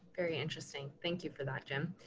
very interesting. thank you for that, yeah and